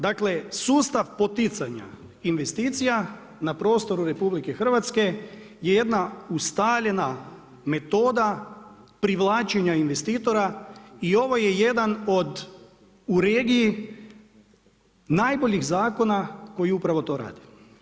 Dakle, sustav poticanja investicija na prostoru Republike Hrvatske je jedna ustaljena metoda privlačenja investitora i ovo je jedan od u regiji najboljih zakona koji upravo to rade.